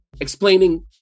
explaining